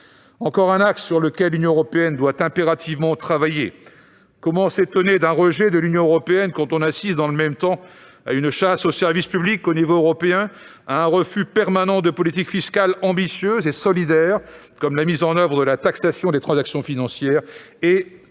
encore un axe sur lequel l'Union européenne doit impérativement travailler. Comment s'étonner d'un rejet de l'Union européenne quand on assiste, dans le même temps, à une chasse aux services publics à l'échelon européen, à un refus permanent de politiques fiscales ambitieuses et solidaires comme la taxation des transactions financières